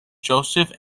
joseph